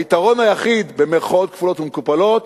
היתרון היחיד, במירכאות כפולות ומכופלות: